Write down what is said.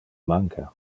manca